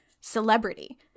celebrity